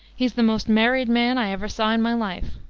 he's the most married man i ever saw in my life